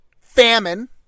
famine